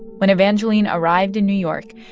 when evangeline arrived in new york,